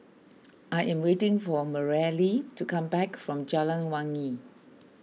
I am waiting for Mareli to come back from Jalan Wangi